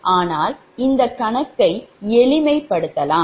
ஆனால் இந்த கணக்கை எளிமைப்படுத்தலாம்